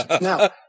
Now